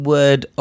Word